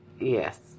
Yes